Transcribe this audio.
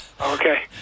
Okay